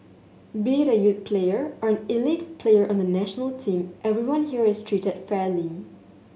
be it a youth player or an elite player on the national team everyone here is treated fairly